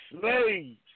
slaves